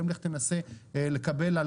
היום לך תנסה לקבל,